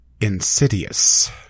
insidious